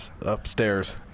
upstairs